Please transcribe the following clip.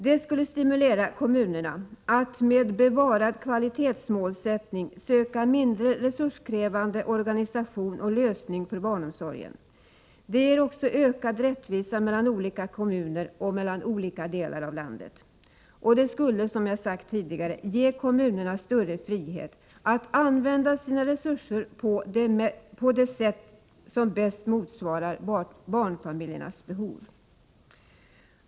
Det skulle stimulera kommunerna att med bevarad kvalitetsmålsättning söka mindre resurskrävande organisation och lösning för barnomsorgen. Det ger också ökad rättvisa mellan olika kommuner och mellan olika delar av landet. Det skulle också, som jag sagt tidigare, ge kommunerna större frihet att använda sina resurser på det sätt som bäst motsvarar barnfamiljernas behov.